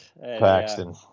Paxton